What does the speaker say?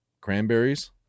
Cranberries